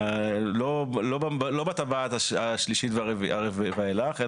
לא בטבעת השלישית ואילך,